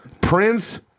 Prince